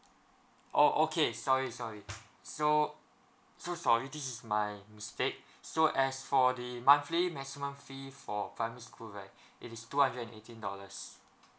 oh okay sorry sorry so so sorry this is my mistake so as for the monthly maximum fee for primary school right it is two hundred and eighteen dollars